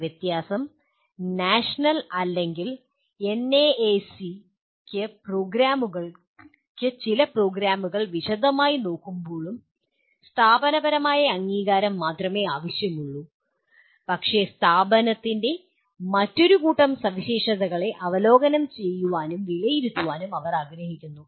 വ്യത്യാസം നാഷണൽ അല്ലെങ്കിൽ എൻഎഎസിക്ക് ചില പ്രോഗ്രാമുകൾ വിശദമായി നോക്കുമ്പോളും സ്ഥാപനപരമായ അംഗീകാരം മാത്രമേ ആവശ്യമുള്ളൂ പക്ഷേ സ്ഥാപനത്തിന്റെ മറ്റൊരു കൂട്ടം സവിശേഷതകളെ അവലോകനം ചെയ്യാനും വിലയിരുത്താനും അവർ ആഗ്രഹിക്കുന്നു